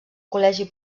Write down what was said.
col·legi